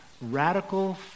radical